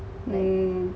hmm